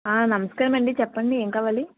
ఆ నమస్కారమండి చెప్పండి ఏం కావాలి